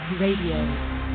Radio